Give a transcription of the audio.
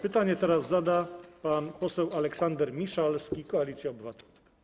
Pytanie teraz zada pan poseł Aleksander Miszalski, Koalicja Obywatelska.